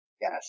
Yes